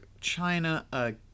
China